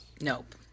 Nope